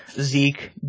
Zeke